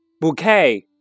bouquet